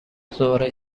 ظهرش